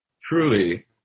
truly